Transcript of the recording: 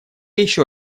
еще